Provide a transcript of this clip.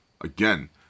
again